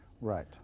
Right